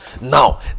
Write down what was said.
now